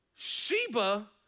Sheba